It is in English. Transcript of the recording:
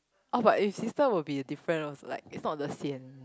oh but his sister will be different also like it's not the Hsien